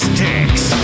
Sticks